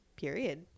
period